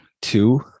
Two